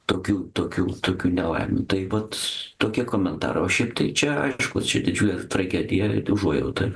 tokių tokių tokių nelaimių tai vat tokie komentarai o šiaip tai čia aišku čia didžiulė tragedija ir užuojauta